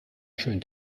schön